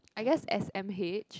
I guess s_m_h